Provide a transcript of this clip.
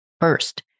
First